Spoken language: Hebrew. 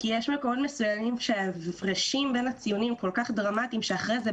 יש מקרים שההפרשים בין הציונים כל כך דרמטיים שאחרי זה,